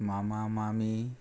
मामा मामी